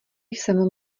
jsem